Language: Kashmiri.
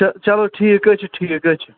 چلو ٹھیٖک حظ چھُ ٹھیٖک حظ چھِ